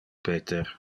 peter